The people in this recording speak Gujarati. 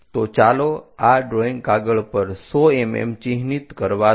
તો ચાલો આ ડ્રોઈંગ કાગળ પર 100 mm ચિહ્નિત કરવા દો